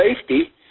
safety